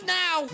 now